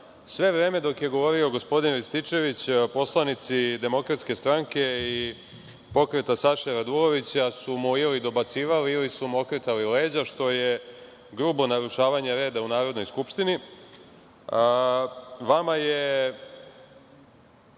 vreme dok je govorio gospodin Rističević poslanici DS i pokreta Saše Radulovića su mu ili dobacivali ili su mu okretali leđa, što je grubo narušavanje reda u Narodnoj skupštini. Vama je